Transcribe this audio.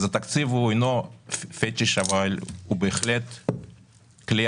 אז התקציב אינו פטיש אבל הוא בהחלט כלי